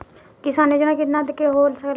किसान योजना कितना के हो सकेला?